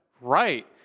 right